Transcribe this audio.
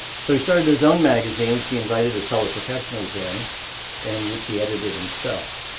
so he started his own magazine which he invited his fellow professionals in and which he edited himself.